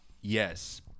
Yes